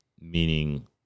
meaning